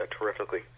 terrifically